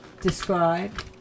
describe